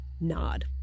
nod